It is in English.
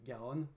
Garonne